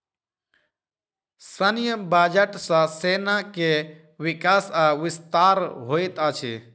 सैन्य बजट सॅ सेना के विकास आ विस्तार होइत अछि